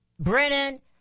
Brennan